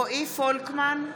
(קוראת בשם חבר הכנסת) רועי פולקמן,